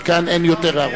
מכאן אין יותר הערות.